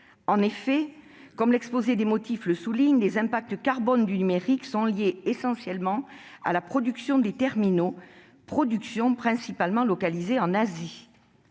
échanges. Comme l'exposé des motifs le souligne, les impacts carbones du numérique sont liés essentiellement à la production des terminaux, production principalement localisée en Asie.